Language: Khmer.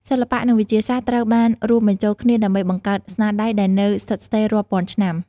សិល្បៈនិងវិទ្យាសាស្ត្រត្រូវបានរួមបញ្ចូលគ្នាដើម្បីបង្កើតស្នាដៃដែលនៅស្ថិតស្ថេររាប់ពាន់ឆ្នាំ។